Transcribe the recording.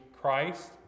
christ